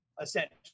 essentially